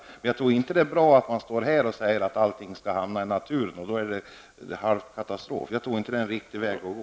Jag tycker alltså inte att det är bra att man står här och säger att allt skall hamna i naturen -- då är det en halv katastrof. Det är inte en riktig väg att gå.